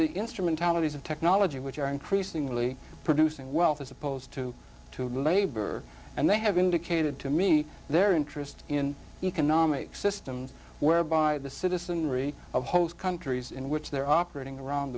the instrumentalities of technology which are increasingly producing wealth as opposed to to labor and they have indicated to me their interest in economic systems whereby the citizenry of host countries in which they're operating around